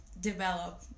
develop